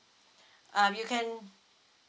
uh you can